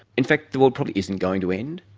in fact the world probably isn't going to end.